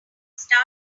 start